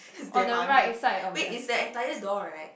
because damn ugly wait is that entire door right